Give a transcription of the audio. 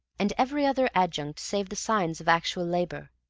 and every other adjunct save the signs of actual labor.